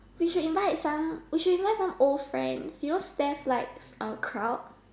we should invite some we should invite some old friends you know Steph likes uh crowd